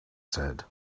said